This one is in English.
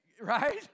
Right